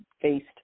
faced